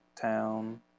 town